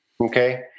Okay